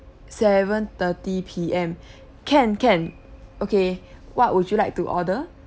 seven thirty P_M can can okay what would you like to order